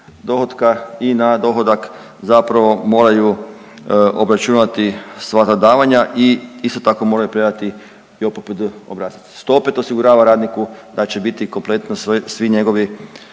dohotka i na dohodak zapravo moraju obračunati sva ta davanja i isto tako moraju predati JOPPD obrazac. To opet osigurava radniku da će biti kompletno svi njegovi